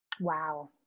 Wow